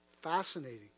Fascinating